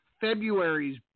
February's